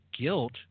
guilt